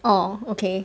oh okay